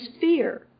fear